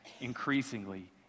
increasingly